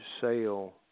sale